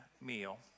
meal